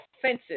offensive